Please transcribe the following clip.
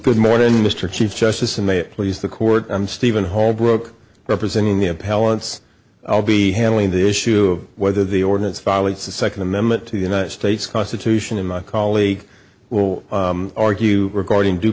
good morning mr chief justice and may it please the court i'm stephen holbrook representing the appellant's i'll be handling the issue of whether the ordinance violates the second amendment to the united states constitution and my colleague will argue regarding due